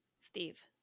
Steve